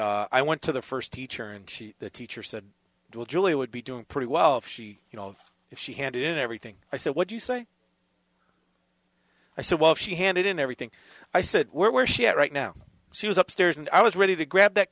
i went to the first teacher and she the teacher said well julie would be doing pretty well if she you know if she handed in everything i said what do you say i said well she handed in everything i said were she at right now she was upstairs and i was ready to grab that